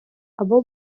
або